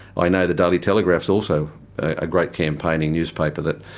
i know the daily telegraph's also a great campaigning newspaper that,